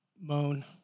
moan